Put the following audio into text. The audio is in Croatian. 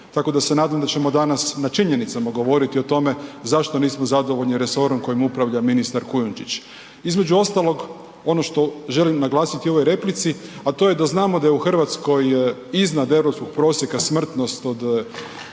tako da se nadam da ćemo danas na činjenicama govoriti o tome zašto nismo zadovoljni resorom kojim upravlja Kujundžić. Između ostalog ono što želim naglasiti u ovoj replici, a to je da znamo da je u Hrvatskoj iznad europskog prosjeka smrtnost od